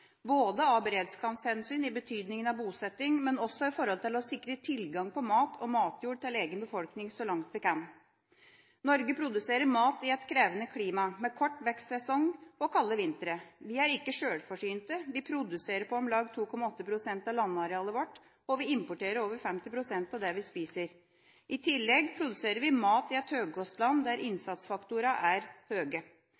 både av beredskapshensyn i betydning av bosetting og for å sikre tilgang på mat og matjord til egen befolkning så langt vi kan. Norge produserer mat i et krevende klima, med kort vekstsesong og kalde vintre. Vi er ikke sjølforsynte, vi produserer på om lag 2,8 pst. av landarealet vårt, og vi importerer over 50 pst. av det vi spiser. I tillegg produserer vi mat i et høykostland, der